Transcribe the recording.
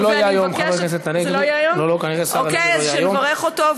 זה לא יהיה היום, חבר הכנסת הנגבי.